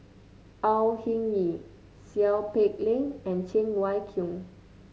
Au Hing Yee Seow Peck Leng and Cheng Wai Keung